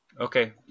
Okay